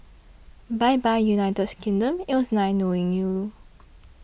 bye bye United Kingdom it was nice knowing you